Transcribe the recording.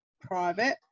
private